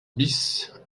bis